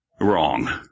wrong